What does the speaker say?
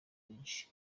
rwinshi